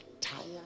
tired